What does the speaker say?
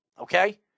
Okay